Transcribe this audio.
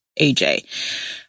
AJ